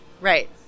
Right